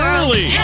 Early